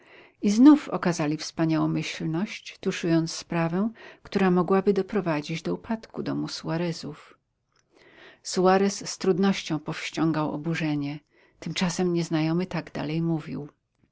i znów okazali wspaniałomyślność tuszując sprawę która mogłaby doprowadzić do upadku dcm suarezów suarez z trudnością powściągał oburzenie tymczasem nieznajomy tak dalej mówił